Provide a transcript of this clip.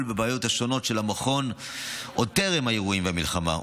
בבעיות השונות של המכון עוד טרם האירועים במלחמה,